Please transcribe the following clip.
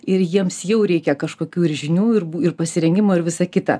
ir jiems jau reikia kažkokių ir žinių ir ir pasirengimo ir visą kitą